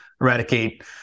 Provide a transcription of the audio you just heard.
eradicate